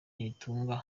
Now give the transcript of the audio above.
nitunga